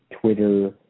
Twitter